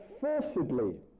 forcibly